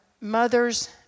mother's